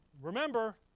Remember